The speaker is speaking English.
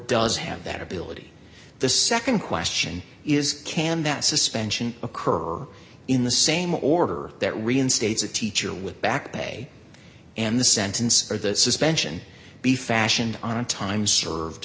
does have that ability the nd question is can that suspension occur in the same order that reinstates a teacher with back pay and the sentence or the suspension be fashioned on time served